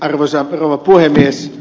arvoisa rouva puhemies